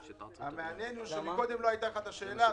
אני לא ממשיך את הישיבה.